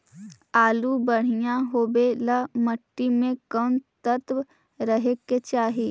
आलु बढ़िया होबे ल मट्टी में कोन तत्त्व रहे के चाही?